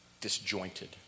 disjointed